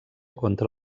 contra